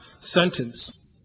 sentence